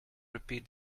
repeat